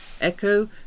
echo